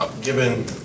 Given